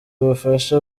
ubufasha